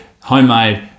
homemade